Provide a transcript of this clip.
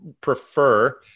prefer